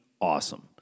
awesome